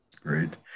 Great